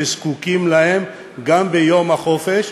שזקוקים להם גם ביום החופש,